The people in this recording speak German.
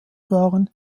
waren